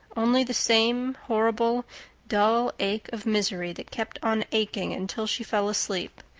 only the same horrible dull ache of misery that kept on aching until she fell asleep,